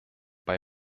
bei